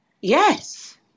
Yes